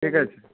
ঠিক আছে